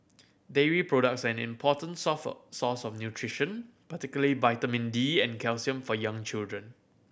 dairy products are an important source of nutrition particularly vitamin D and calcium for young children